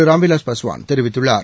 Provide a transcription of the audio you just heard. ராம் விலாஸ் பஸ்வான் தெரிவித்துள்ளார்